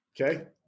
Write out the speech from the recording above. Okay